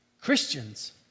Christians